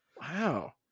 Wow